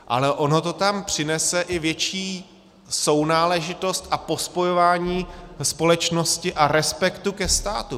Ale ono to tam přinese i větší sounáležitost a pospojování společnosti a respektu ke státu.